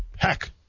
Heck